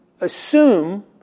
assume